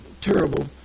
terrible